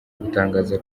gutangaza